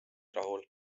rahul